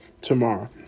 tomorrow